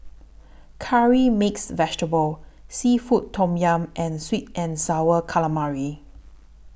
Curry Mixed Vegetable Seafood Tom Yum and Sweet and Sour Calamari